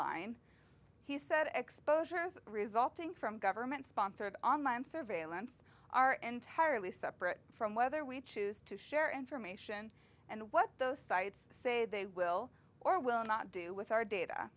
line he said exposures resulting from government sponsored online surveillance are entirely separate from whether we choose to share information and what those sites say they will or will not do with our data